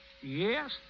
Yes